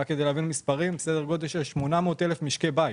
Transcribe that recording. שזה סדר גודל של 800,000 משקי בית,